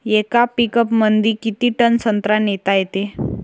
येका पिकअपमंदी किती टन संत्रा नेता येते?